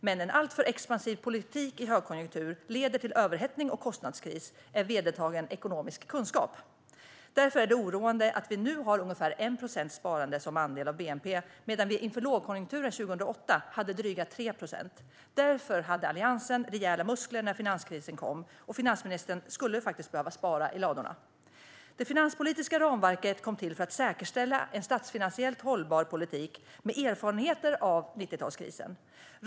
Men att en alltför expansiv politik i högkonjunktur leder till överhettning och kostnadskris är vedertagen ekonomisk kunskap. Därför är det oroande att vi nu bara har ungefär 1 procents sparande som andel av bnp. Inför lågkonjunkturen 2008 hade vi drygt 3 procent. Därför hade Alliansen rejäla muskler när finanskrisen kom. Finansministern skulle behöva spara i ladorna. Det finanspolitiska ramverket kom till med erfarenheter av 90-talskrisen för att säkerställa en statsfinansiellt hållbar politik.